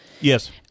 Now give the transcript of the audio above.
Yes